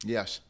Yes